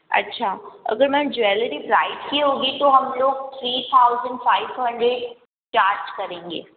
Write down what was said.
अच्छा अगर ma'am jewellery bride की होगी तो हम लोग three thousand five hundred charge करेंगे